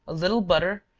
a little butter,